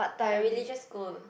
a religious school